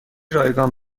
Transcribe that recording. رایگان